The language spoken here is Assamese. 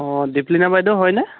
অঁ দীপলীনা বাইদেউ হয়নে